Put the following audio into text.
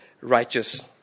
righteous